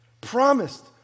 promised